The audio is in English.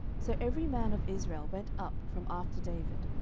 so every man of israel went up from after david,